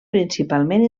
principalment